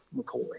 McCoy